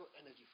energy